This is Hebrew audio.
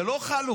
זה לא חלוץ.